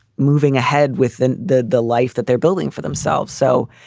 moving ahead with and the the life that they're building for themselves. so.